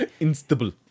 Instable